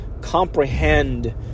comprehend